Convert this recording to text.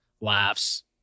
laughs